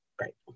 Right